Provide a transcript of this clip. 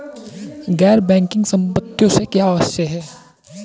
गैर बैंकिंग संपत्तियों से क्या आशय है?